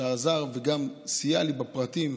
שעזר וגם סייע לי בפרטים.